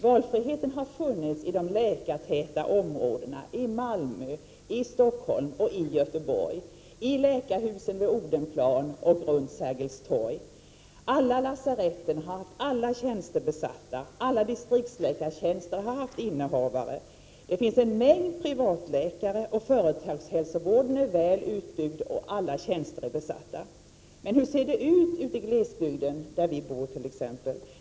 Valfriheten har funnits i de läkartäta områdena, i Malmö, Stockholm och Göteborg, i läkarhusen vid Odenplan och runt Sergels torg. Alla lasaretten har haft alla tjänster besatta. Alla distriktsläkartjänster har haft innehavare, det finns en mängd privatläkare och företagshälsovården är väl utbyggd och alla tjänster är besatta. Men hur ser det ut ute i glesbygden, där vi bor t.ex.?